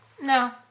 no